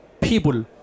people